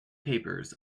papers